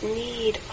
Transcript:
need